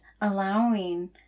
allowing